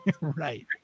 Right